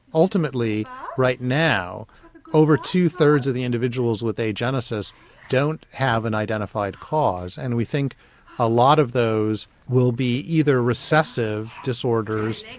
ultimately right now over two thirds of the individuals with agenesis don't have an identified cause, and we think a lot of those will be either recessive disorders,